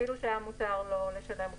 אפילו שהיה מותר לו לשלם רבעונית.